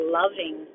loving